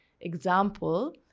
example